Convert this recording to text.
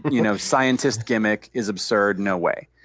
you know, scientist gimmick is absurd, no way.